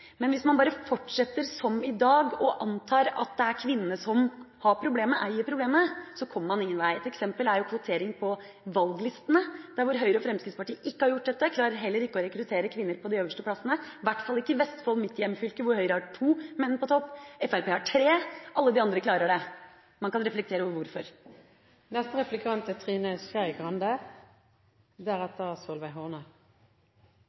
Men hvis man bare fortsetter som i dag og antar at det er kvinnene som «eier» problemet, kommer man ingen vei. Et eksempel er kvotering på valglistene. Der Høyre og Fremskrittspartiet ikke har gjort dette, klarer de heller ikke å rekruttere kvinner på de øverste plassene – i hvert fall ikke i Vestfold, mitt hjemfylke, hvor Høyre har to menn på topp og Fremskrittspartiet har tre. Alle de andre klarer det. Man kan reflektere over